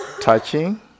touching